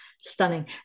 stunning